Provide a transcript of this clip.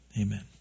Amen